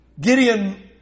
Gideon